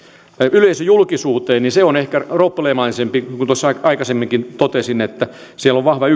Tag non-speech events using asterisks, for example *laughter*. yleisöjulkisuuteen se on ehkä probleemallisempaa niin kuin tuossa aikaisemminkin totesin että siellä on vahva *unintelligible*